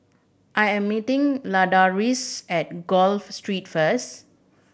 I am meeting Ladarius at Gul Street first